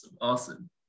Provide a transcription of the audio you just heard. Awesome